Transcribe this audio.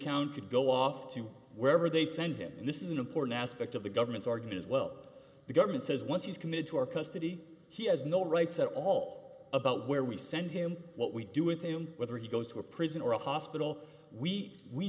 to go off to wherever they send him and this is an important aspect of the government's argues well the government says once he's committed to our custody he has no rights at all about where we send him what we do with him whether he goes to a prison or a hospital we we